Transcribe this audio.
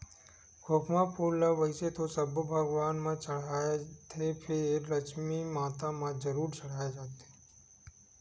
खोखमा फूल ल वइसे तो सब्बो भगवान म चड़हाथे फेर लक्छमी माता म जरूर चड़हाय जाथे